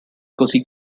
così